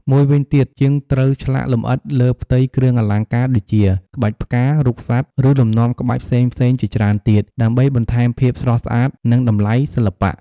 មួយវិញទៀត ជាងត្រូវឆ្លាក់លម្អិតលើផ្ទៃគ្រឿងអលង្ការ ដូចជា ក្បាច់ផ្កា រូបសត្វ ឬលំនាំក្បាច់ផ្សេងៗជាច្រើនទៀត ដើម្បីបន្ថែមភាពស្រស់ស្អាត និងតម្លៃសិល្បៈ។